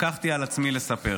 לקחתי על עצמי לספר.